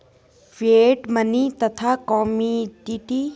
Fiat money तथा commodity money में क्या अंतर है?